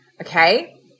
Okay